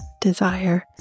desire